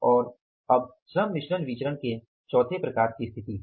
और अब श्रम मिश्रण विचरण के चौथे प्रकार की स्थिति है